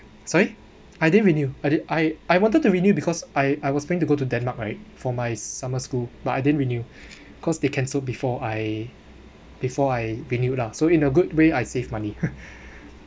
sorry I didn't renew I did I I wanted to renew because I I was going to go to denmark right for my summer school but I didn't renew cause they cancelled before I before I renew lah so in a good way I save money